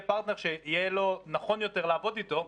פרטנר שיהיה נכון יותר לעבוד איתו,